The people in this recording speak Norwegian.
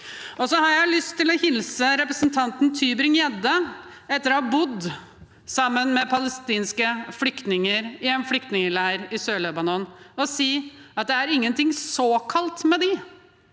til å hilse representanten TybringGjedde etter å ha bodd sammen med palestinske flyktninger i en flyktningleir i Sør-Libanon, og si at det er ingenting «såkalt» med dem.